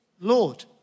Lord